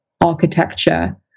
architecture